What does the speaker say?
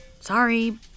Sorry